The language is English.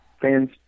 fans